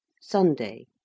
Sunday